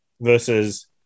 versus